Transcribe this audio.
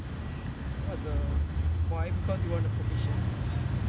what the why because you want the commission